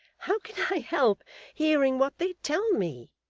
how can i help hearing what they tell me